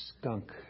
skunk